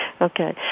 Okay